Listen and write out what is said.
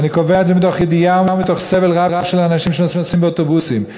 ואני קובע את זה מתוך ידיעה ומתוך סבל רב של אנשים שנוסעים באוטובוסים,